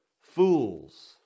fools